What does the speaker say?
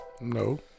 No